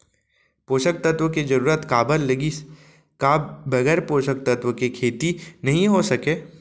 पोसक तत्व के जरूरत काबर लगिस, का बगैर पोसक तत्व के खेती नही हो सके?